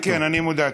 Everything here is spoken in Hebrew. כן, כן, אני מודע.